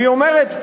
והיא אומרת,